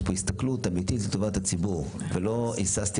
יש פה הסתכלות אמיתית לטובת הציבור ולא היססתי